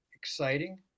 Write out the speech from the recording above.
exciting